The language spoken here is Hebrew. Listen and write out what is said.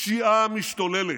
פשיעה משתוללת.